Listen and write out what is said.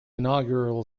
inaugural